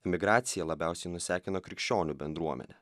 migracija labiausiai nusekino krikščionių bendruomenę